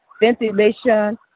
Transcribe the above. ventilation